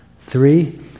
Three